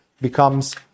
becomes